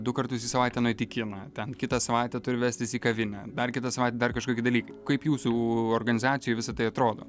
du kartus į savaitę nueit į kiną ten kitą savaitę turi vestis į kavinę dar kitą savaitę dar kažkokie dalykai kaip jūsų organizacijoj visa tai atrodo